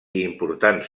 importants